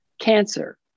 cancer